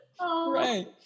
Right